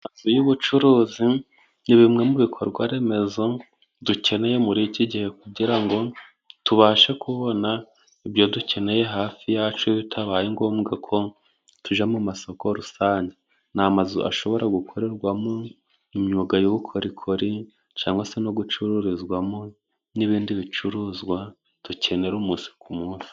Inzu y'ubucuruzi ni bimwe mu bikorwaremezo dukeneye muri iki gihe， kugira ngo tubashe kubona ibyo dukeneye hafi yacu，bitabaye ngombwa ko tujya masoko rusange. Ni amazu ashobora gukorerwamo imyuga y'ubukorikori cyangwa se no gucururizwamo n'ibindi bicuruzwa dukenera umunsi ku munsi.